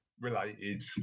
related